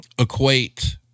equate